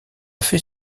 fait